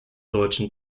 deutschen